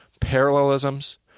parallelisms